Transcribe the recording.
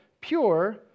pure